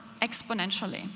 exponentially